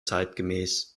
zeitgemäß